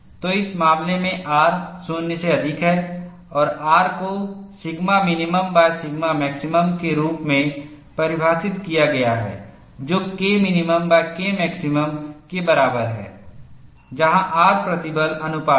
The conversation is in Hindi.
तो इस मामले में R 0 से अधिक है और R को σMINσMAX के रूप में परिभाषित किया गया है जो KMINKMAX के बराबर है जहां R प्रतिबल अनुपात है